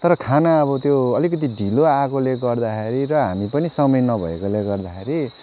तर खाना अब त्यो अलिकति त्यो ढिलो आएकोले गर्दाखेरि र हामी पनि समय नभएकोले गर्दाखेरि